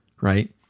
right